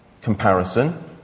comparison